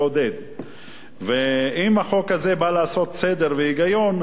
ואם החוק הזה בא לעשות סדר והיגיון, אז אני מקווה,